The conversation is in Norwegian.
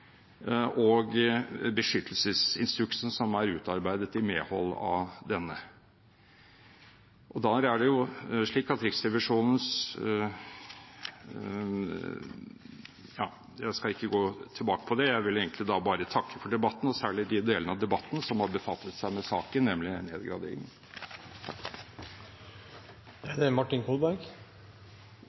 og beskyttelsesinstruksen som er utarbeidet i medhold av denne. Og da er det slik at Riksrevisjonens – ja, jeg skal ikke gå tilbake til det. Jeg vil bare takke for debatten, og særlig for de delene av debatten som har befattet seg med saken, nemlig nedgradering. Først bare en merknad. Jeg vil at det skal være sagt, før debatten er slutt, at det